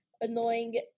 annoying